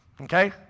okay